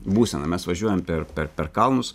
būseną mes važiuojam per per per kalnus